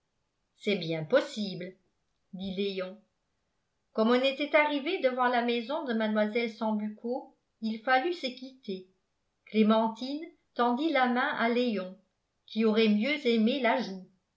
c'est bien possible dit léon comme on était arrivé devant la maison de mlle sambucco il fallut se quitter clémentine tendit la main à léon qui aurait mieux aimé